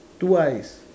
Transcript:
two eyes